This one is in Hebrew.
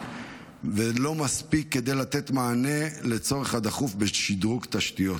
ולא מספיק כדי לתת מענה לצורך הדחוף בשדרוג תשתיות.